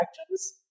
actions